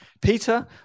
peter